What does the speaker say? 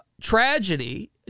tragedy